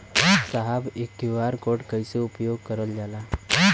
साहब इ QR code के कइसे उपयोग करल जाला?